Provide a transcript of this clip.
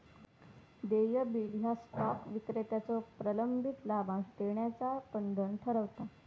देय बिल ह्या स्टॉक विक्रेत्याचो प्रलंबित लाभांश देण्याचा बंधन ठरवता